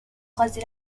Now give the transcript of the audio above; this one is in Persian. قاضی